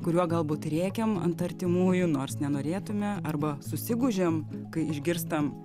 kuriuo gal būt rėkiam ant artimųjų nors nenorėtume arba susigūžiam kai išgirstam